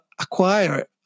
acquire